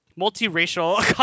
multiracial